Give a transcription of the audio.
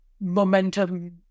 momentum